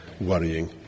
worrying